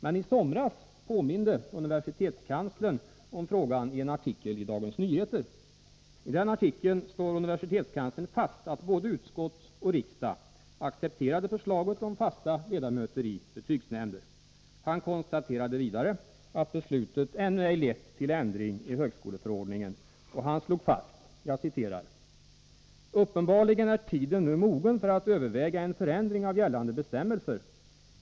Men i somras påminde universitetskanslern om frågan i en artikel i Dagens Nyheter. I den artikeln slog universitetskanslern fast att både utskott och riksdag accepterade förslaget om fasta ledamöter i betygsnämnder. Han konstaterade vidare att beslutet ännu ej lett till ändring i högskoleförordningen och slog fast: ”Uppenbarligen är tiden nu mogen för att överväga en förändring av gällande bestämmelser.